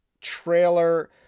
trailer